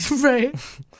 Right